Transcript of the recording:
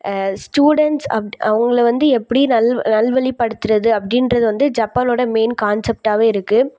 students அப்ட் அவங்கள வந்து எப்படி நல் நல்வழி படுத்துகிறது அப்படின்றது வந்து ஜப்பானோடய மெயின் கான்செப்டாகவே இருக்குது